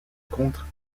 contre